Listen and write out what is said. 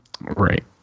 Right